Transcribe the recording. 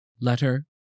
Letter